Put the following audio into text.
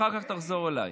אחר כך תחזור אליי.